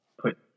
put